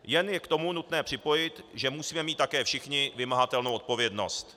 Jen je k tomu nutné připojit, že musíme mít také všichni vymahatelnou odpovědnost.